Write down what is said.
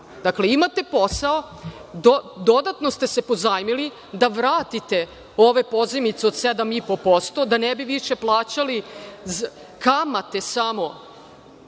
Dakle, imate posao, dodatno ste se pozajmili da vratite ove pozajmice od 7,5% da ne bi više plaćali za kamate samo